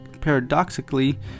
paradoxically